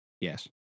yes